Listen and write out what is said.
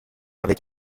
avec